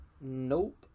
nope